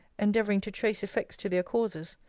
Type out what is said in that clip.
endeavouring to trace effects to their causes,